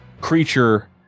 creature